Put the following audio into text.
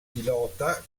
pilota